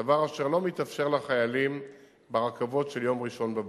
דבר אשר לא מתאפשר לחיילים ברכבות של יום ראשון בבוקר.